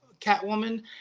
Catwoman